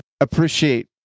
appreciate